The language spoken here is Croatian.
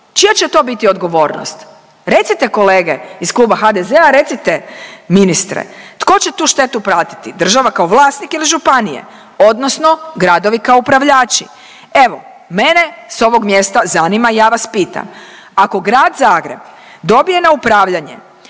Čija će to biti odgovornost? Recite, kolege iz Kluba HDZ-a, recite, ministre? Tko će tu štetu platiti, država kao vlasnik ili županije, odnosno gradovi kao upravljači? Evo, mene s ovog mjesta zanima i ja vas pitam, ako Grad Zagreb dobije na upravljanje